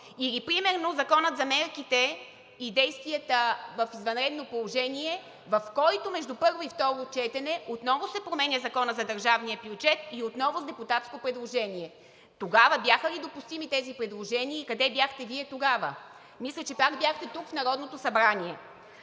или примерно Законът за мерките и действията в извънредно положение, в който между първо и второ четене отново се променя Законът за държавния бюджет, отново с депутатско предложение. Тогава бяха ли допустими тези предложения и къде бяхте Вие тогава? Мисля, че пак бяхте тук в Народното събрание.